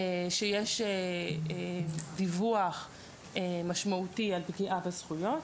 שיש דיווח משמעותי על פגיעה בזכויות,